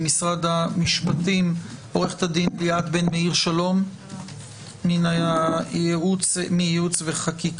ממשרד המפשטים עו"ד ליאת בן מאיר שלום מייעוץ וחקיקה,